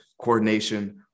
coordination